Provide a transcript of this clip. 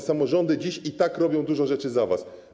Samorządy dziś i tak robią dużo rzeczy za was.